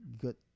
good